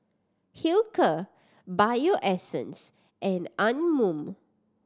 Hilker Bio Essence and Anmum